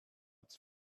its